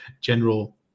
general